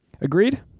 Agreed